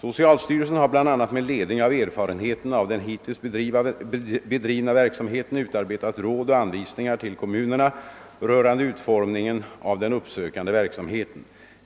Socialstyrelsen har bl.a. med ledning av erfarenheterna av den hittills bedrivna verksamheten utarbetat råd och anvisningar till kommunerna rörande utformningen av den uppsökande verksamheten.